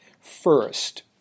First